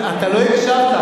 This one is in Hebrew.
אתה לא הקשבת.